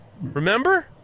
Remember